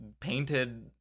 painted